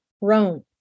Rome